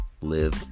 Live